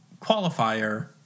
qualifier